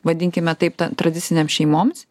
vadinkime taip tradicinėm šeimoms